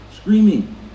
screaming